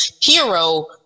hero